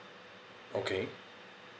okay